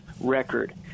record